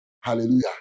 Hallelujah